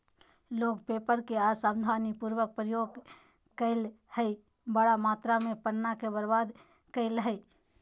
लोग पेपर के असावधानी पूर्वक प्रयोग करअ हई, बड़ा मात्रा में पन्ना के बर्बाद करअ हई